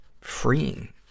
freeing